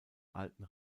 alten